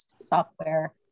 software